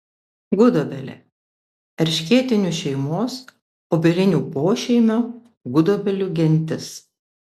gudobelė erškėtinių šeimos obelinių pošeimio gudobelių gentis